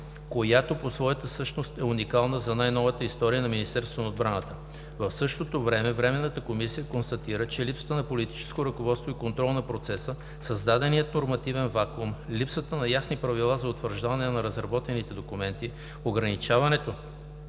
която по своята същност е уникална за най-новата история на Министерството на отбраната. В същото време Временната комисия констатира, че липсата на политическо ръководство и контрол на процеса, създаденият нормативен вакуум, липсата на ясни правила за утвърждаване на разработените документи, ограничаването